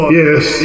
yes